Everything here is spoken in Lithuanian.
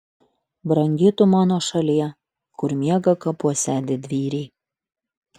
brangi tu mano šalie kur miega kapuose didvyriai